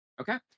Okay